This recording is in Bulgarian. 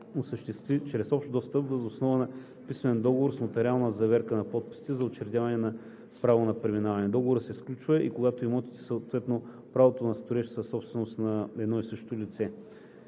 чрез общ достъп въз основа на писмен договор с нотариална заверка на подписите за учредяване на право на преминаване. Договор се сключва и когато имотите, съответно правото на строеж, са собственост на едни и същи лица.